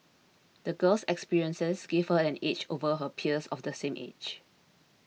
the girl's experiences gave her an edge over her peers of the same age